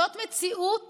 זו מציאות